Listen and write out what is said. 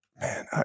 Man